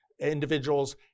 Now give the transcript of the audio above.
individuals